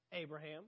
abraham